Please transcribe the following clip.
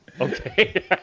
Okay